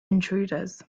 intruders